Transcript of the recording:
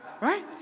right